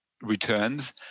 returns